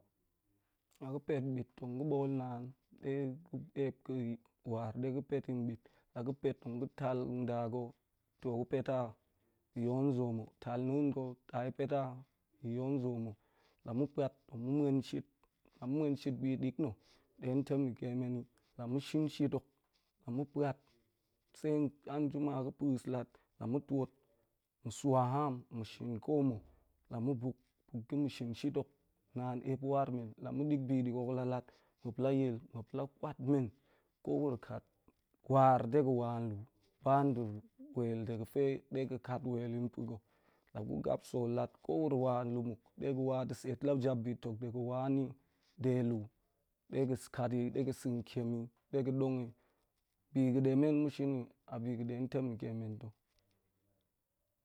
La ga̱ pet bit tong ga̱ bo̱o̱l naan, de ga ga̱ ep ga̱ war ɗe ga̱ pet ta̱ bit., la ga̱ pet tong ga nda ga̱ to ga̱ pet ta, ga̱ yol zoom hok, tal na̱a̱n ga̱ ta yi pet ta, yi yol zoom hok. La ma̱ puat tong ma̱ muan shit, la ma̱ muan shit, la ma̱ muan shit bi dik na̱ de tamake men ni, la shin shit tok la ma̱ puat se anjima ga̱ pes lat, la ma̱ tuot mu sua haam, ma shin koma̱ la ma̱ buk, buk ɗe ma̱ shin shit tok naan ep war men, la. ma̱ da̱a̱k bi da̱a̱a̱k hok la lat, muap la yil muap la kwat men, ko wuro kat war ɗe ga̱n wa lu, ba ɗe wel ɗe ga̱fe ɗe ga̱ kat wel na̱ ga̱ gap sol lat ko wuro wa lu muk ɗega wa ɗe set la jap bi tuk ɗe ga̱ wa nide lu de ga̱ kat ta de ga̱ sa̱n tiem yi ɗe ga̱ she hok dong yi, bi ga̱ ɗe men ma̱ shin ni a bi ga̱ ɗe tong tamake to